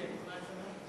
שלי, את מוכנה לפני?